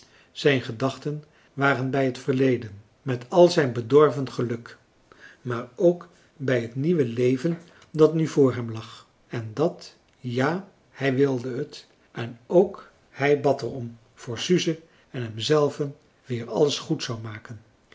zijn gedachten waren bij het verleden met al zijn bedorven geluk maar ook bij het nieuwe leven dat nu voor hem lag en dat ja hij wilde het en ook hij bad er om voor suze en hemzelven weer alles goed françois haverschmidt familie en kennissen zou maken